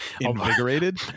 Invigorated